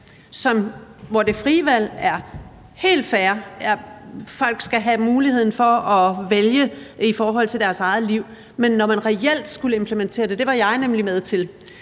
valg. Det frie valg er helt fair – folk skal have muligheden for at vælge i forhold til deres eget liv – men når man reelt skulle implementere det, og det var jeg nemlig med til,